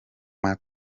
ukaba